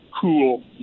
cool